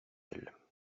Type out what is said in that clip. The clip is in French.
elles